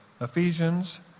Ephesians